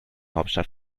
hauptstadt